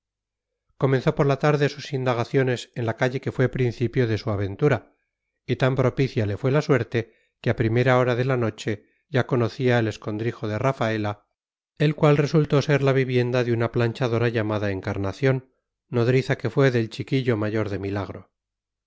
comenzó por la tarde sus indagaciones en la calle que fue principio de su aventura y tan propicia le fue la suerte que a primera hora de la noche ya conocía el escondrijo de rafaela el cual resultó ser la vivienda de una planchadora llamada encarnación nodriza que fue del chiquillo mayor de milagro